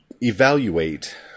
evaluate